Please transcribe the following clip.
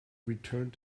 returned